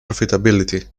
profitability